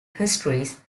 histories